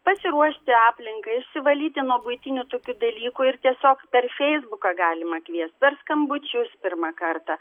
pasiruošti aplinką išsivalyti nuo buitinių tokių dalykų ir tiesiog per feisbuką galima kviest per skambučius pirmą kartą